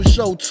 Show